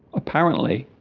apparently